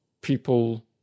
people